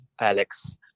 Alex